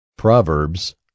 Proverbs